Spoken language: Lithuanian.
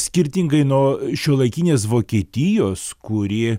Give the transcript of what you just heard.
skirtingai nuo šiuolaikinės vokietijos kur ji